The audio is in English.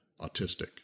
autistic